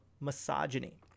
misogyny